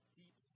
deep